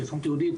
כסוכנות יהודית,